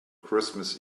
christmas